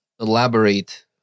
elaborate